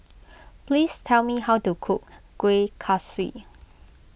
please tell me how to cook Kuih Kaswi